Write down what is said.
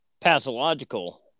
pathological